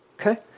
Okay